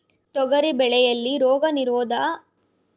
ತೊಗರಿ ಬೆಳೆಯಲ್ಲಿ ರೋಗನಿರೋಧ ಕೀಟನಾಶಕಗಳನ್ನು ಯಾವ ಪ್ರಮಾಣದಲ್ಲಿ ಬಳಸಬೇಕು?